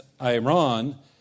Iran